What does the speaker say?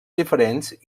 diferents